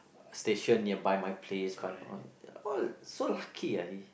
station nearby my place five ah all so lucky ah he